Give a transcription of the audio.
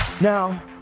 Now